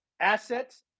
Assets